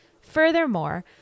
Furthermore